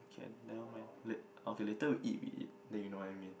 okay never mind la~ okay later we eat we eat then you know what I mean